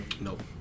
Nope